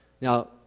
Now